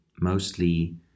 mostly